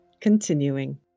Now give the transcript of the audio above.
continuing